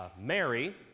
Mary